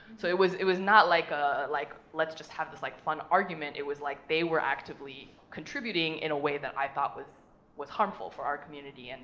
so it was it was not like ah like, let's just have this, like, fun argument. it was like, they were actively contributing in a way that i thought was was harmful for our community, and